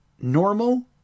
normal